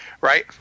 Right